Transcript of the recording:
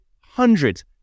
hundreds